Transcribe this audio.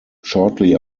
shortly